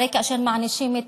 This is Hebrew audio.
הרי כאשר מענישים את